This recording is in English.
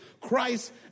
Christ